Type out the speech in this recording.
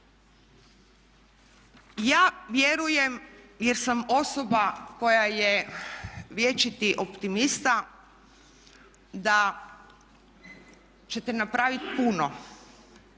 Ja vjerujem jer sam osoba koja je vječiti optimista da ćete napraviti puno